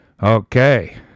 Okay